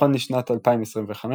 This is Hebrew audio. נכון לשנת 2025,